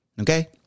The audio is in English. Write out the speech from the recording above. Okay